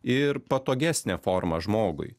ir patogesnė forma žmogui